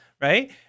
right